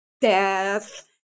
death